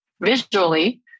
visually